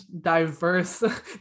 diverse